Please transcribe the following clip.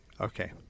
Okay